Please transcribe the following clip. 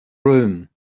room